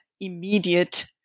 immediate